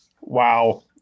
Wow